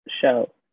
show